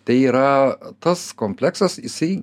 tai yra tas kompleksas jisai